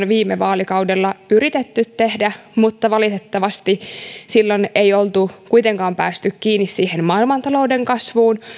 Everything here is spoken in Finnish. viime vaalikaudella yritetty tehdä mutta valitettavasti silloin ei oltu kuitenkaan päästy kiinni siihen maailmantalouden kasvuun